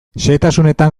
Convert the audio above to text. xehetasunetan